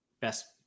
Best